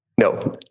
No